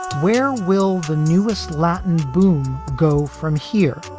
where will the newest latin boom go from here?